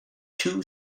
two